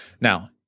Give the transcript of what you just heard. Now